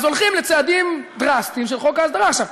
אז הולכים לצעדים דרסטיים של חוק ההסדרה.